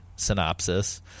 synopsis